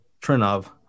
Trinov